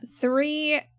three